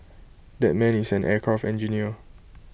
that man is an aircraft engineer